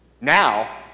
now